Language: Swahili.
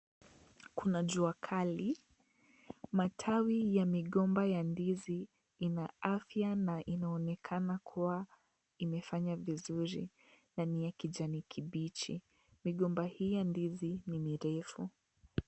Kuna jua kali. Matawi ya migomba ya ndizi, ina afya na inaonekana kuwa imefanya vizuri na ni ya kijani kibichi. Migomba hii ya ndizi, ni mirefu.